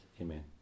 Amen